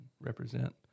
Represent